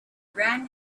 ran